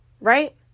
right